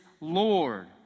Lord